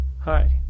Hi